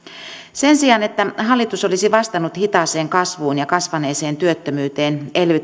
sen sijaan että hallitus olisi vastannut hitaaseen kasvuun ja kasvaneeseen työttömyyteen